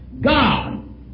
God